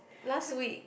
last week